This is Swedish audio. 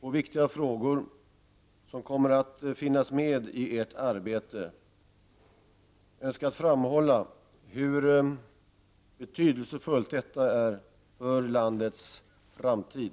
på viktiga frågor som kommer att finnas med i Edert arbete önskat framhålla hur betydelsefullt detta är för landets framtid.